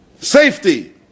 Safety